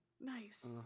Nice